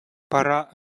пора